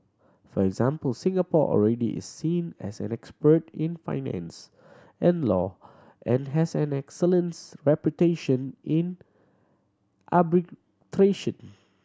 for example Singapore already is seen as an expert in finance and law and has an excellence reputation in arbitration